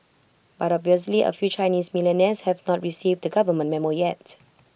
but obviously A few Chinese millionaires have not received the government Memo yet